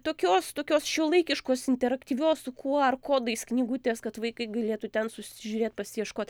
tokios tokios šiuolaikiškos interaktyvios su qr kodais knygutės kad vaikai galėtų ten susižiūrėt pasiieškot